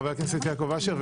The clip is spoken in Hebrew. חבר הכנסת יעקב אשר.